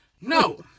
No